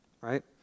right